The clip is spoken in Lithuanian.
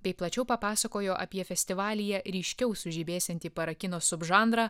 bei plačiau papasakojo apie festivalyje ryškiau sužibėsiantį parakino subžanrą